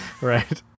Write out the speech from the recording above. Right